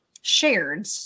shared